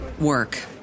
work